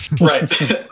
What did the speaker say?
Right